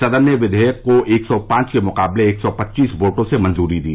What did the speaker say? सदन ने विधेयक को एक सौ पांच के मुकाबले एक सौ पच्चीस वोटों से मंजूरी दी